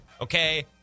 okay